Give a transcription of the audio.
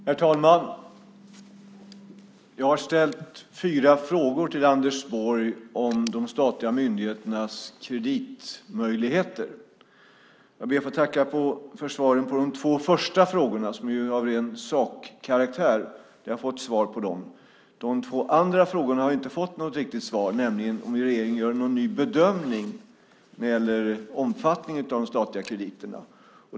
Herr talman! Jag har ställt fyra frågor till Anders Borg om de statliga myndigheternas kreditmöjligheter. Jag ber att få tacka för svaren på de två första frågorna som är av ren sakkaraktär. Jag har fått svar på dem. De två andra frågorna har jag inte fått något riktigt svar på. Den tredje frågan gäller om regeringen gör någon ny bedömning när det gäller omfattningen av de statliga krediterna.